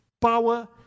power